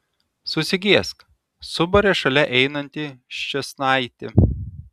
susigėsk subarė šalia einanti ščėsnaitė